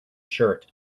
shirt